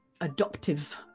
adoptive